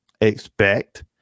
expect